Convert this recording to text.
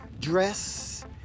dress